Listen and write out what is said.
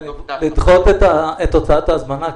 לדחות את הוצאת ההזמנה.